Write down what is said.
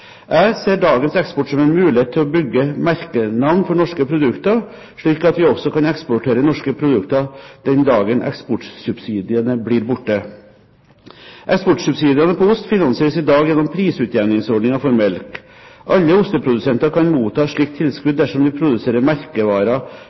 Jeg ser dagens eksport som en mulighet til å bygge merkenavn for norske produkter, slik at vi også kan eksportere norske produkter den dagen eksportsubsidiene blir borte. Eksportsubsidiene på ost finansieres i dag gjennom prisutjevningsordningen for melk. Alle osteprodusenter kan motta slikt